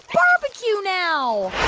barbecue now?